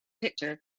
picture